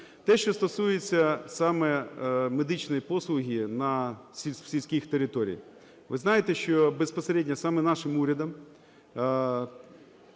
Те, що стосується саме медичної послуги в сільських територіях. Ви знаєте, що безпосередньо саме нашим урядом